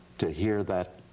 to hear that,